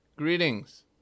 Greetings